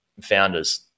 founders